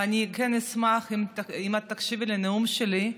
ואני כן אשמח אם את תקשיבי לנאום שלי,